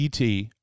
et